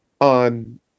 on